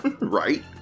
right